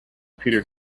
peter